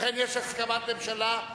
לכן, יש הסכמת ממשלה.